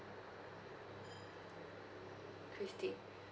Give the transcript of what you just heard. christine